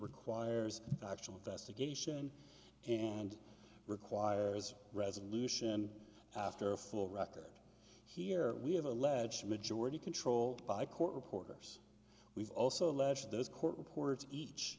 requires actual investigation and requires resolution after full record here we have alleged majority control by court reporters we've also alleged this court reports each